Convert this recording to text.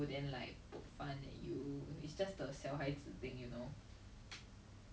I don't know everything majority 都是 our parents foot [one] so I don't think they deserve to say this